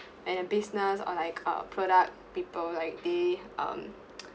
when a business or like uh product people like they um